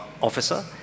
officer